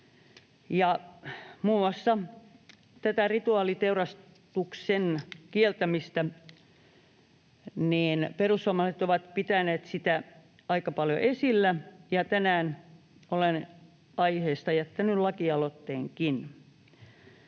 Muun muassa tätä rituaaliteurastuksen kieltämistä ovat perussuomalaiset pitäneet aika paljon esillä, ja tänään olen aiheesta jättänyt lakialoitteenkin.